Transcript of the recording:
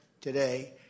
today